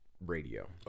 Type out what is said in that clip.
radio